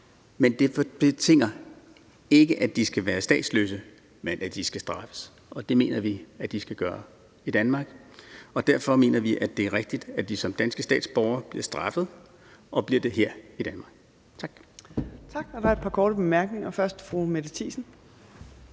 men det betyder ikke, at de skal være statsløse, men at de skal straffes. Det mener vi at de skal i Danmark. Derfor mener vi, det er rigtigt, at de som danske statsborgere bliver straffet og bliver det her i Danmark. Tak. Kl. 14:23 Fjerde næstformand (Trine Torp): Tak.